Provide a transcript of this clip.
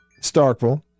Starkville